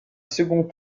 second